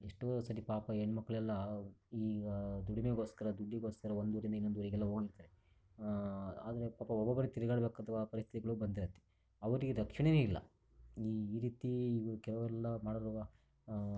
ಎಷ್ಟೋ ಸರಿ ಪಾಪ ಹೆಣ್ಮಕ್ಕಳೆಲ್ಲ ಈಗ ದುಡಿಮೆಗೋಸ್ಕರ ದುಡ್ಡಿಗೋಸ್ಕರ ಒಂದೂರಿಂದ ಇನ್ನೊಂದೂರಿಗೆಲ್ಲ ಹೋಗಿರ್ತಾರೆ ಆದರೆ ಪಾಪ ಒಬ್ಬೊಬ್ಬರೇ ತಿರುಗಾಡಬೇಕಾದಂಥ ಪರಿಸ್ಥಿತಿಗಳು ಬಂದಿರುತ್ತೆ ಅವರಿಗೆ ರಕ್ಷಣೆನೇ ಇಲ್ಲ ಈ ರೀತಿ ಕೆಲವೆಲ್ಲ